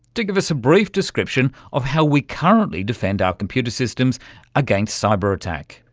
to give us a brief description of how we currently defend our computer systems against cyberattack.